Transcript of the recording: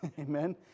Amen